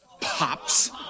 Pops